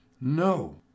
No